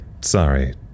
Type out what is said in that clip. sorry